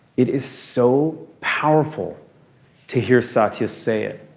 it is so powerful to hear sachi say it.